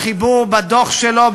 בחיבור בדוח שלו,